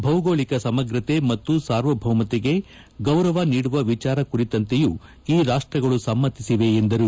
ಭೌಗೋಳಿಕ ಸಮಗ್ರತೆ ಮತ್ತು ಸಾರ್ವಭೌಮತೆಗೆ ಗೌರವ ನೀಡುವ ವಿಚಾರ ಕುರಿತಂತೆಯೂ ಈ ರಾಷ್ಟಗಳು ಸಮ್ಮತಿಸಿವೆ ಎಂದರು